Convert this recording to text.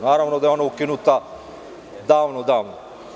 Naravno da je ona ukinuta davno, davno.